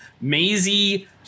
Maisie